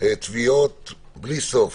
תביעות בלי סוף